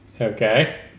Okay